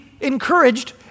encouraged